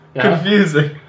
confusing